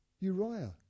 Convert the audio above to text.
Uriah